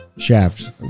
shaft